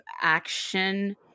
action